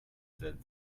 that